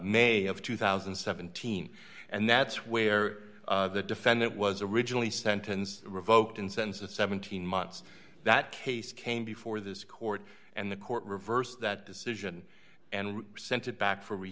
may of two thousand and seventeen and that's where the defendant was originally sentenced revoked insense of seventeen months that case came before this court and the court reversed that decision and sent it back for